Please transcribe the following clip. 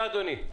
אחר.